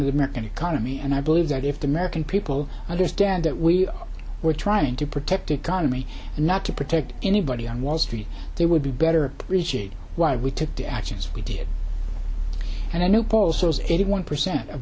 of the american economy and i believe that if the american people understand that we were trying to protect economy and not to protect anybody on wall street they would be better appreciate why we took the actions we did and i know paul says eighty one percent of